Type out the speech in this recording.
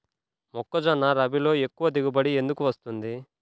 మొక్కజొన్న రబీలో ఎక్కువ దిగుబడి ఎందుకు వస్తుంది?